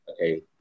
okay